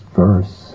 verse